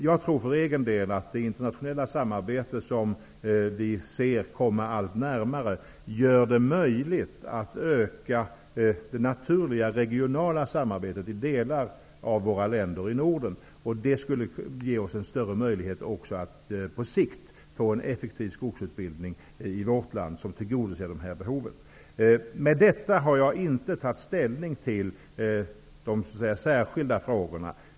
Jag tror för egen del att det internationella samarbete som kommer allt närmare gör det möjligt att öka det naturliga regionala samarbetet i delar av våra länder i Norden, och det skulle ge oss en större möjlighet att också på sikt få till stånd en effektiv skogsutbildning i vårt land, som tillgodoser de här behoven. Med detta har jag inte tagit ställning till de särskilda frågorna.